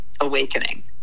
awakening